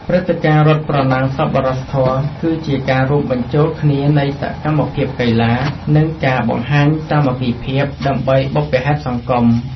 ព្រឹត្តិការណ៍រត់ប្រណាំងសប្បុរសធម៌ គឺជាការរួមបញ្ចូលគ្នានៃសកម្មភាពកីឡា និងការបង្ហាញសាមគ្គីភាព ដើម្បីបុព្វហេតុសង្គម។